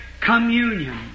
communion